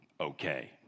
okay